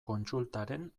kontsultaren